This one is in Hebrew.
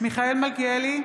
מיכאל מלכיאלי,